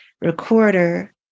recorder